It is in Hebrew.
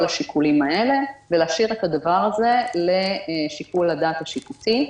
השיקולים האלה ולהשאיר את זה לשיקול הדעת השיפוטי.